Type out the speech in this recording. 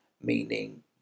meaning